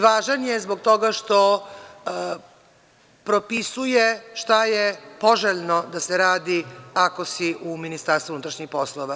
Važan je zbog toga što propisuje šta je poželjno da se radi ako si u MUP.